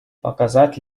показать